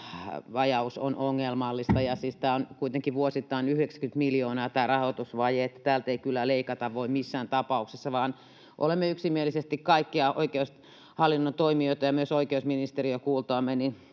vajaus on ongelmallinen. Siis tämä rahoitusvaje on kuitenkin vuosittain 90 miljoonaa, niin että täältä ei kyllä voi leikata missään tapauksessa, vaan olemme yksimielisesti kaikkia oikeushallinnon toimijoita ja myös oikeusministeriä kuultuamme